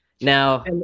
Now